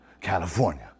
California